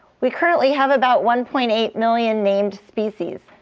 we currently have about one point eight million named species.